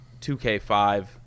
2k5